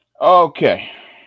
Okay